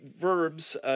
verbs